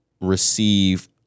receive